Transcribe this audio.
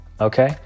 Okay